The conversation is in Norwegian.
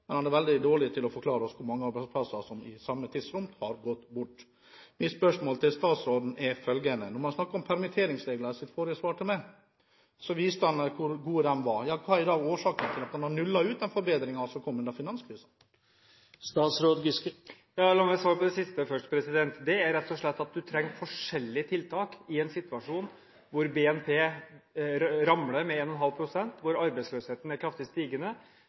men han er veldig dårlig til å forklare oss hvor mange arbeidsplasser som i samme tidsrom har gått bort. Mitt spørsmål til statsråden er følgende: Når han snakket om permitteringsregler i sitt forrige svar til meg, viste han til hvor gode de var. Hva er da årsaken til at han har nullet ut de forbedringene som kom under finanskrisen? La meg svare på det siste først: Det er rett og slett at du trenger andre tiltak i en situasjon hvor BNP ramler med 1,5 pst., hvor arbeidsløsheten er kraftig